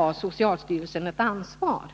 att socialstyrelsen även här har ett ansvar.